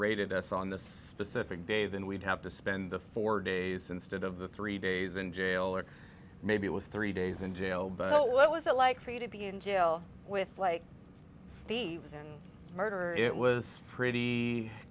raided us on this specific day then we'd have to spend the four days instead of the three days in jail or maybe it was three days in jail but what was it like for you to be in jail with like the murderer it was pretty